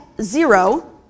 zero